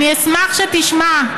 אני אשמח שתשמע.